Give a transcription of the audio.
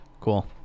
cool